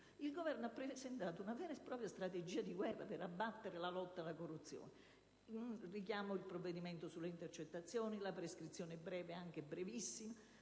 il Governo ha presentato una vera e propria strategia di guerra per abbattere la lotta alla corruzione. Ricordo il provvedimento sulle intercettazioni, la prescrizione breve, anche brevissima